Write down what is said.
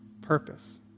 purpose